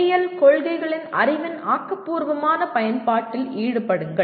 பொறியியல் கொள்கைகளின் அறிவின் ஆக்கபூர்வமான பயன்பாட்டில் ஈடுபடுங்கள்